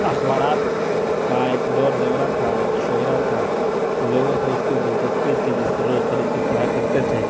اخبارات کا ایک دور دورہ تھا ایک شہرہ تھا لوگوں سے اس کی دلچسپی تھی جس سے لوگ خرید کے پڑھا کرتے تھے